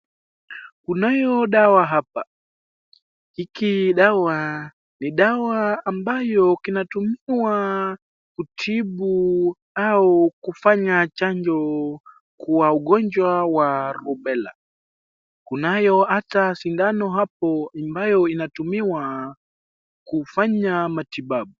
Kunayo dawa hapa, hiki dawa ni dawa ambayo kinatumiwa kutibu au kufanya chanjo kuwa ugonjwa wa umbera kunayo hata sindano hapo ambayo inatumiwa kufanya matibabu.